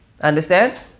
understand